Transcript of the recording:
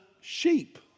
sheep